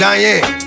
Diane